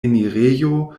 enirejo